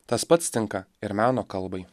tas pats tinka ir meno kalbai